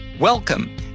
Welcome